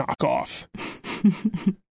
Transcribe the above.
knockoff